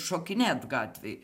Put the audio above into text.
šokinėt gatvėj